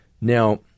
Now